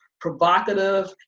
provocative